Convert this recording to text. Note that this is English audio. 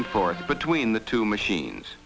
and forth between the two machines